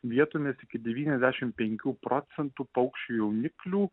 vietų net iki devyniasdešim penkių procentų paukščių jauniklių